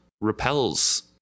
repels